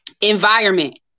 Environment